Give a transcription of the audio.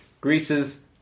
Greece's